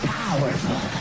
powerful